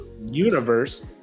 universe